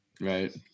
Right